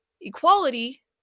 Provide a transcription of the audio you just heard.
equality